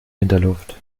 winterluft